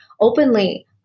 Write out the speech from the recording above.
openly